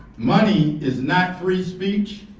money is not free speech,